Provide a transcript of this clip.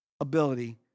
ability